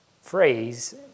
phrase